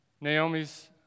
Naomi's